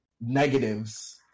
negatives